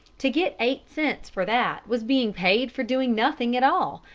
to get eight cents for that was being paid for doing nothing at all,